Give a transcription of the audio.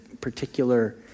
particular